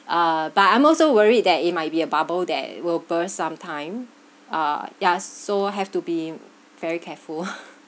uh but I'm also worried that it might be a bubble that will burst some time uh yeah so have to be very careful